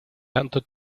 tanto